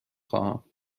خواهم